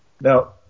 Now